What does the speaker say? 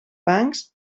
bancs